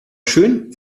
schön